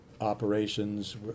operations